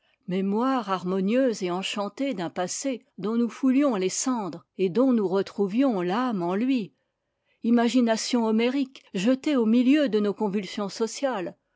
mémoire harmonieuse et enchantée d'un passé dont nous foulions les cendres et dont nous retrouvions l'ame en lui imagination homérique jetée au milieu de nos convulsions sociales